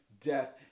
death